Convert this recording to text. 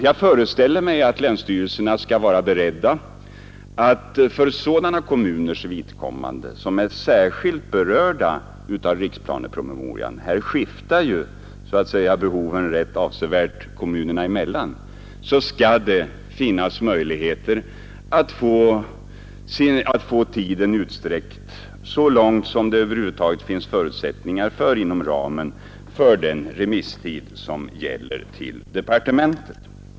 Jag föreställer mig att länsstyrelserna skall vara beredda att för sådana kommuners vidkommande som är särskilt berörda av riksplanepromemorian — här skiftar ju behoven rätt avsevärt kommunerna emellan — ge möjligheter att få tiden utsträckt så långt som det över huvud taget finns förutsättningar för inom ramen för den remisstid som departementet har fastställt.